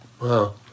Wow